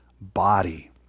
body